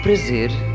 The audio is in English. Prazer